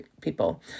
people